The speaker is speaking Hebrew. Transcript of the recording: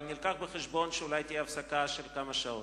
אבל הבאנו בחשבון שאולי תהיה הפסקה של כמה שעות.